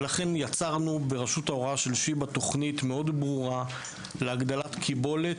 לכן יצרנו ברשות ההוראה של "שיבא" תכנית מאוד ברורה להגדלת קיבולת,